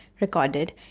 recorded